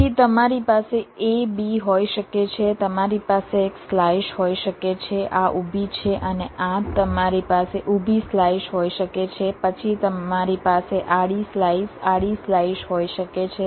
તેથી તમારી પાસે a b હોઈ શકે છે તમારી પાસે એક સ્લાઈસ હોઈ શકે છે આ ઊભી છે અને આ તમારી પાસે ઊભી સ્લાઈસ હોઈ શકે છે પછી તમારી પાસે આડી સ્લાઈસ આડી સ્લાઈસ હોઈ શકે છે